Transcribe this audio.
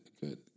good